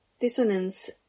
dissonance